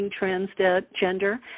transgender